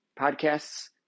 podcasts